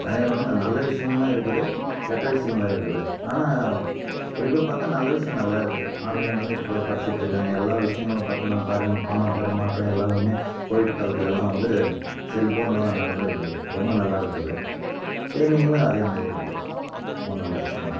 அதனால வந்து நல்ல விஷயங்களும் இருக்குது கெட்ட விஷயங்களும் இருக்குது ஆனால் குறிப்பாக பார்த்தா நல்ல விஷயம் நல்லா இருக்குது ஆன்லைனில் தான் இப்போதுகூடப் படித்துட்டு இருக்காங்க எல்லா விஷயங்களும் பார்த்தனா பரம் பணம் பரிமாற்றம் எல்லாதுமே கோவிட் காலத்துலலாம் வந்து செல்ஃபோனில் தான் நடந்திருந்தது ரொம்ப நல்லா இருந்தது தீமைகளும் அதேமாதிரி இருக்குது ஒன்றும் பிரச்சனை இல்லை